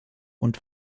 und